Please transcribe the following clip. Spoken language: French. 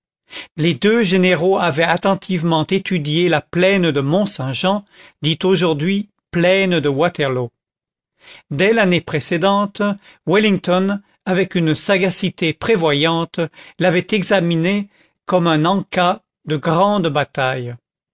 les deux généraux avaient attentivement étudié la plaine de mont-saint-jean dite aujourd'hui plaine de waterloo dès l'année précédente wellington avec une sagacité prévoyante l'avait examinée comme un en-cas de grande bataille